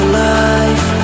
life